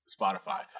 Spotify